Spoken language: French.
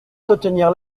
soutenir